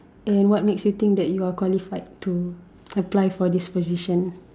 and what makes you think that you are qualified to apply for this position